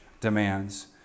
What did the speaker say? demands